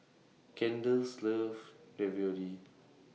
Kendall's loves Ravioli